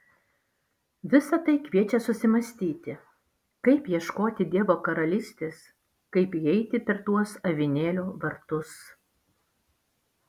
visa tai kviečia susimąstyti kaip ieškoti dievo karalystės kaip įeiti per tuos avinėlio vartus